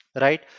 Right